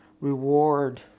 reward